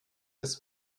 des